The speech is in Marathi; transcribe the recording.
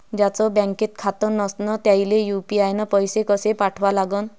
ज्याचं बँकेत खातं नसणं त्याईले यू.पी.आय न पैसे कसे पाठवा लागन?